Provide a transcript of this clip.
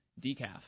decaf